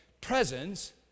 presence